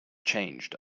changed